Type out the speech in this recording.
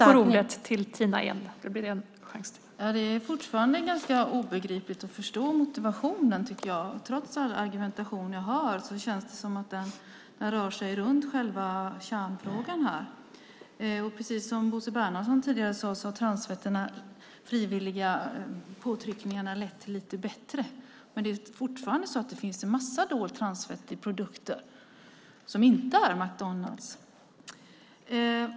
Fru talman! Det är fortfarande ganska svårt att förstå motiveringen. Det känns som att all argumentation jag hör rör sig om själva kärnfrågan. Precis som Bosse Bernhardsson tidigare sade har de frivilliga påtryckningarna lett till vissa förbättringar när det gäller transfetterna. Men det är fortfarande så att det finns en massa dolt transfett i produkter som inte säljs på McDonalds.